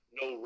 no